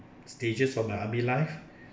stages of my army life